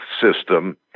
system